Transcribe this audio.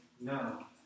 no